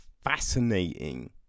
fascinating